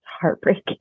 heartbreaking